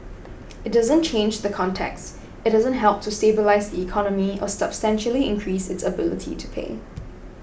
it doesn't change the context it doesn't help to stabilise the economy or substantially increase its ability to pay